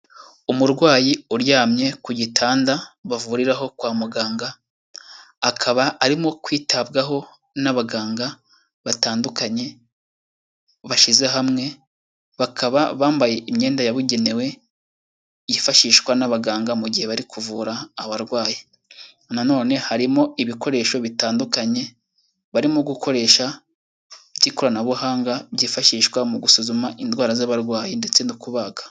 Umurwayi uryamye ku gitanda bavuriraho kwa muganga, akaba arimo kwitabwaho n'abaganga batandukanye, bashyize hamwe, bakaba bambaye imyenda yabugenewe yifashishwa n'abaganga mu gihe bari kuvura abarwayi. Na none harimo ibikoresho bitandukanye barimo gukoresha by'ikoranabuhanga byifashishwa mu gusuzuma indwara z'abarwayi ndetse no kubaga.